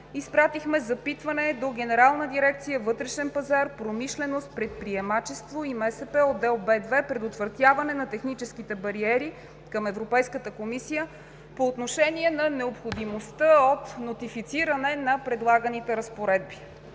изпратихме запитване до Генерална дирекция „Вътрешен пазар, промишленост, предприемачество и МСП“, отдел Б2 „Предотвратяване на технически бариери“ към Европейската комисия по отношение на необходимостта от нотифициране на предлаганите разпоредби.